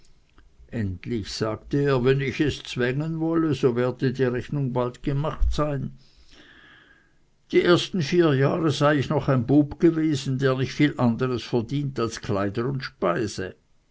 endlich sagte er wenn ich es zwängen wolle so werde die rechnung wohl bald gemacht sein die ersten vier jahre sei ich noch ein bube gewesen der nicht viel anders verdient als kleider und speise